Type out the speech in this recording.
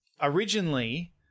Originally